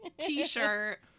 T-shirt